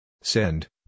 Send